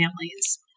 families